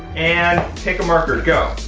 and pick a marker, go.